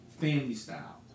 family-style